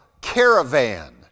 caravan